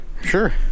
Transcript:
Sure